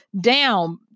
down